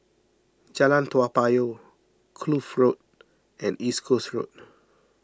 Jalan Toa Payoh Kloof Road and East Coast Road